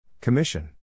Commission